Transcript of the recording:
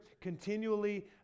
continually